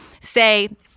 say-